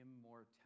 immortality